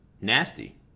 nasty